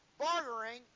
bartering